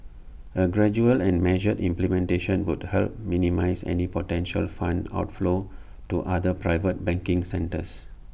A gradual and measured implementation would help minimise any potential fund outflows to other private banking centres